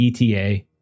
ETA